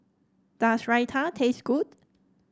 does Raita taste good